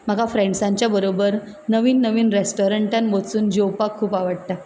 म्हाका फ्रेंडसांच्या बरोबर नवीन नवीन रेस्टोरंटान वचून जेवपाक खूब आवडटा